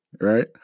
right